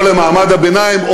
או למעמד הביניים,